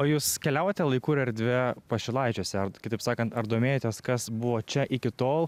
o jūs keliaujate laiku ir erdve pašilaičiuose kitaip sakant ar domėjotės kas buvo čia iki tol